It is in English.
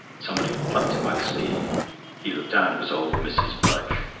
somebody plucked him by the sleeve he looked down. it was old mrs. budge.